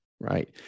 Right